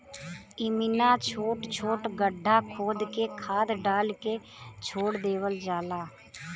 इमिना छोट छोट गड्ढा खोद के खाद डाल के छोड़ देवल जाला